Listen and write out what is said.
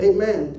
Amen